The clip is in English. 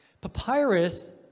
Papyrus